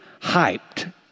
hyped